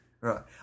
Right